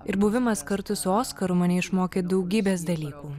ir buvimas kartu su oskaru mane išmokė daugybės dalykų